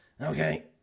Okay